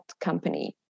company